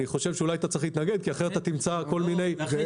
אולי אתה צריך להתנגד כי אחרת תמצא כל מיני --- לכן